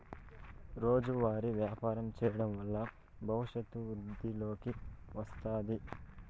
రోజువారీ వ్యాపారం చేయడం వల్ల భవిష్యత్తు వృద్ధిలోకి వస్తాది